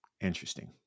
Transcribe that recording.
Interesting